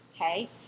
okay